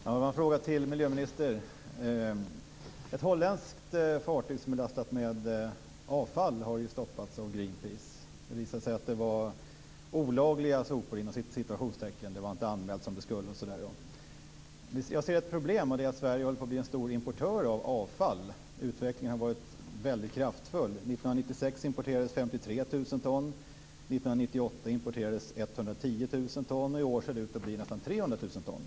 Herr talman! Jag har en fråga till miljöministern. Ett holländsk fartyg som är lastat med avfall har stoppats av Greenpeace. Det visade sig att det var Jag ser ett problem. Det är att Sverige håller på att bli en stor importör av avfall. Utvecklingen har varit väldigt kraftfull. År 1996 importerades 53 000 ton. År 1998 importerades 110 000 ton, och i år ser det ut att bli nästan 300 000 ton.